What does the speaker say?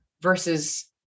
versus